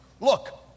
Look